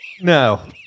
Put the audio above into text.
no